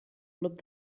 glop